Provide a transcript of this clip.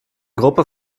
gruppe